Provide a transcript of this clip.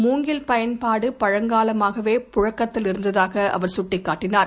முங்கில் பயன்பாடு பழங்காலமாகவே பழக்கத்தில் இருந்ததாக அவர் சுட்டிக் காட்டினார்